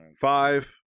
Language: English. Five